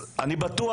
אני בטוח,